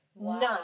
None